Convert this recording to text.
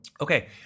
Okay